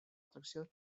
tracció